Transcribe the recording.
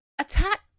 attack